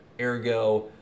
ergo